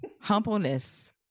Humbleness